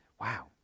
wow